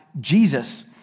Jesus